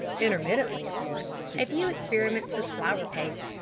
intermittently, of course, a few experiments with flour paste!